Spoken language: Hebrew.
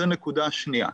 זו נקודה שנייה.